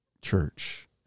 church